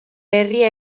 herria